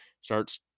starts